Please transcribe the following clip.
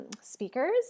speakers